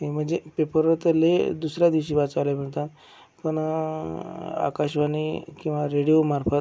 हे म्हणजे पेपरातले दुसऱ्या दिवशी वाचायला मिळतात पण आकाशवाणी किंवा रेडिओमार्फत